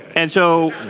and so